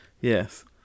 Yes